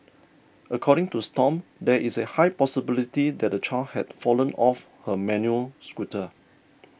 according to Stomp there is a high possibility that the child had fallen off her manual scooter